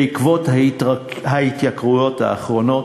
בעקבות ההתייקרויות האחרונות.